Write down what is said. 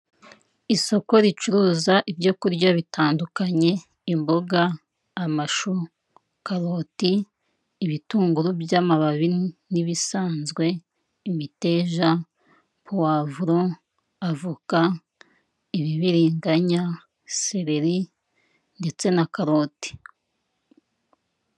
Isoko ricuruza ibyo kurya bitandukanye; imboga, amashu, karoti, ibitunguru by'amababi n'ibisanzwe, imiteja, puwavuro, avoka, ibibiringanya, sereri ndetse na karoti.